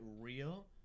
real